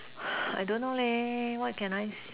I don't know leh what can I